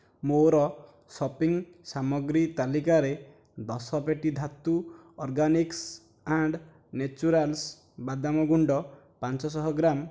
ମୋର ସପିଂ ସାମଗ୍ରୀ ତାଲିକାରେ ଦଶ ପେଟି ଧାତୁ ଅର୍ଗାନିକ୍ସ ଆଣ୍ଡ ନାଚୁରାଲ୍ସ ବାଦାମ ଗୁଣ୍ଡ ପାଞ୍ଚ ଶହ ଗ୍ରାମ୍